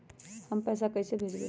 हम पैसा कईसे भेजबई?